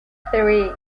three